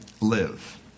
live